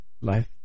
life